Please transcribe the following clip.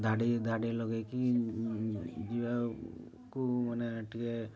ଧାଡ଼ି ଧାଡ଼ି ଲଗେଇକି ଯିବାକୁ ମାନେ ଟିକେ